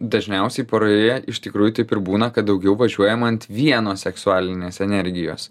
dažniausiai poroje iš tikrųjų taip ir būna kad daugiau važiuojama ant vieno seksualinės energijos